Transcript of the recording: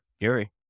Gary